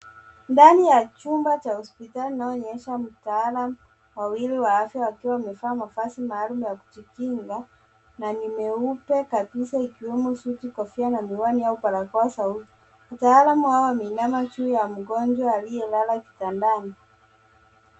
Ndani ya chumba cha hospitali inayoonyesha mtaalam wawili wa afya wakiwa wamevaa mavazi maalum ya kujikinga na ni meupe kabisa ikiwemo: suti, kofia na miwani au barakoa zaidi. Mtaalam hao wameinama juu ya mgonjwa aliyelala kitandani.